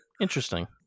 Interesting